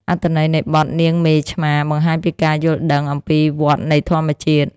អត្ថន័យនៃបទ នាងមេឆ្មា បង្ហាញពីការយល់ដឹងអំពីវដ្តនៃធម្មជាតិ។